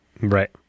Right